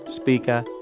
speaker